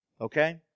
Okay